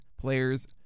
players